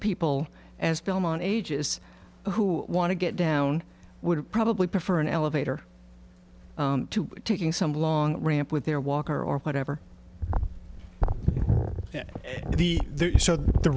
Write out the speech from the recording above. people as belmont ages who want to get down would probably prefer an elevator to taking some long ramp with their walker or whatever the the